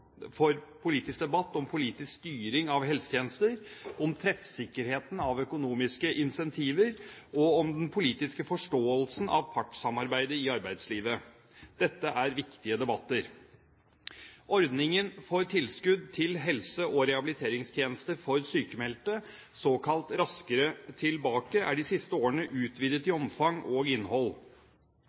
for politisk debatt om politisk styring av helsetjenester, om treffsikkerheten av økonomiske incentiver og om den politiske forståelsen av partssamarbeidet i arbeidslivet. Dette er viktige debatter. Ordningen for tilskudd til helse- og rehabiliteringstjenester for sykmeldte, kalt «Raskere tilbake», er de siste årene utvidet i omfang og innhold.